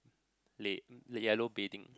lay the yellow bedding